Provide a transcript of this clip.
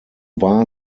war